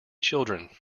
children